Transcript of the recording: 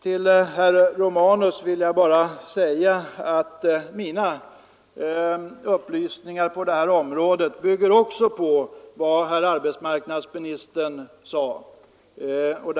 Till herr Romanus vill jag bara säga att mina upplysningar på detta område också bygger på vad herr arbetsmarknadsministern sade.